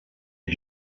des